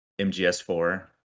mgs4